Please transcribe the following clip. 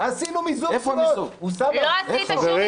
זאת סיעה